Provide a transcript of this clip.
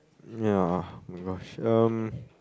ya [oh]-my-gosh um